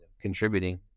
contributing